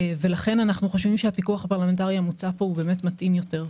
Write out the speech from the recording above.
לכן אנחנו חושבים שהפיקוח הפרלמנטרי המוצע פה באמת מתאים יותר.